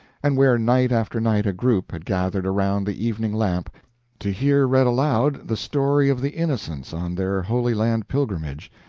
and where night after night a group had gathered around the evening lamp to hear read aloud the story of the innocents on their holy land pilgrimage,